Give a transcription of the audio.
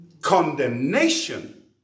Condemnation